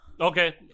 Okay